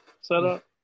setup